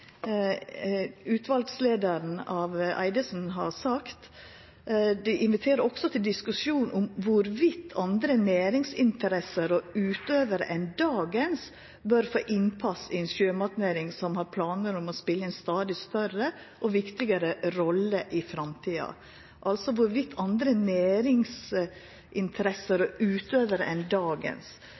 til diskusjon om hvorvidt andre næringsinteresser og utøvere enn dagens, bør få innpass i en sjømatnæring som har planer om å spille en stadig større og viktigere rolle i framtida» – altså andre næringsinteresser og utøvarar enn dagens.